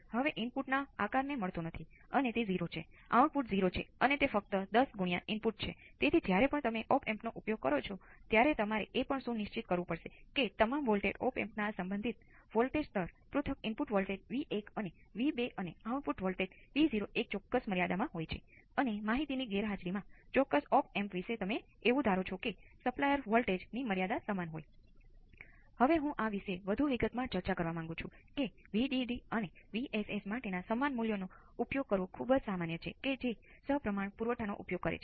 તેથી આ ભાગ માટેનો ઉકેલ 5 વોલ્ટ ની ખુબ નજીક પહોંચવા માટે ઘણા ઘણા સમય અચળાંક લે છે